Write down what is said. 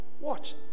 Watch